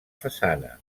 façana